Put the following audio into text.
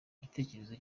gitekerezo